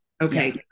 Okay